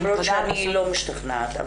למרות שאני לא משתכנעת.